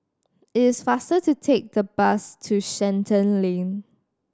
it is faster to take the bus to Shenton Lane